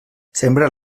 sembra